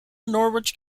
norwich